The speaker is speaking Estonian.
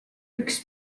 üks